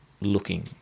looking